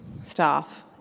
staff